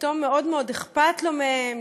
שפתאום מאוד מאוד אכפת לו מהם,